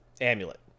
amulet